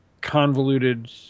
convoluted